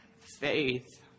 Faith